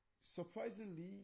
surprisingly